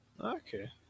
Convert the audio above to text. Okay